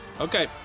Okay